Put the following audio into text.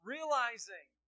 realizing